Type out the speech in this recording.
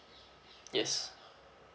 yes